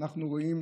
אבל איך,